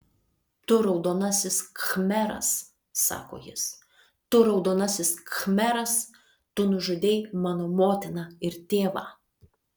tu raudonasis khmeras sako jis tu raudonasis khmeras tu nužudei mano motiną ir tėvą